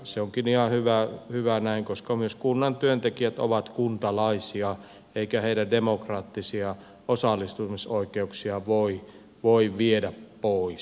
se onkin ihan hyvä näin koska myös kunnan työntekijät ovat kuntalaisia eikä heidän demokraattisia osallistumisoikeuksia voi viedä pois